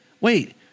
wait